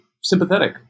sympathetic